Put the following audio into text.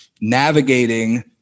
navigating